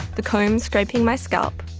the comb scraping my scalp,